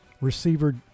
Receiver